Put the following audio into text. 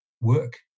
work